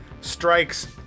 strikes